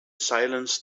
silence